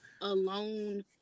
alone